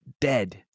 dead